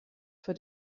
für